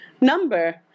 number